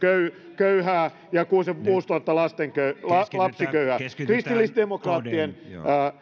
köyhää ja kuusituhatta lapsiköyhää kristillisdemokraattien